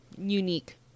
unique